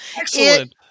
Excellent